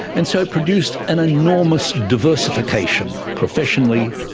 and so it produced an enormous diversification professionally,